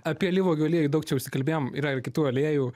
apie alyvuogių aliejų daug čia užsikalbėjom yra ir kitų aliejų